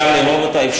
ולאחר מכן תגידי